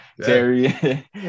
Terry